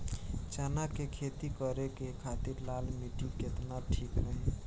चना के खेती करे के खातिर लाल मिट्टी केतना ठीक रही?